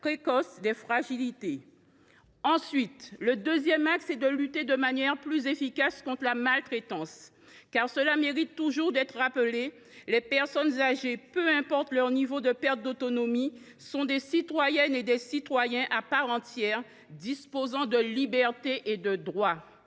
précoce des fragilités. Ensuite, il s’agit de lutter de manière plus efficace contre la maltraitance. En effet, cela mérite toujours d’être rappelé : les personnes âgées, peu importe leur degré de perte d’autonomie, sont des citoyennes et des citoyens à part entière, disposant de libertés et de droits.